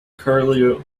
curlew